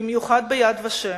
במיוחד ב"יד ושם",